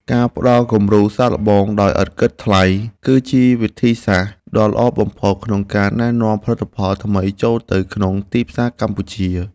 ការផ្តល់គំរូសាកល្បងដោយឥតគិតថ្លៃ គឺជាវិធីសាស្ត្រដ៏ល្អបំផុតក្នុងការណែនាំផលិតផលថ្មីចូលទៅក្នុងទីផ្សារកម្ពុជា។